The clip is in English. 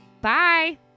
bye